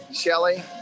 Shelly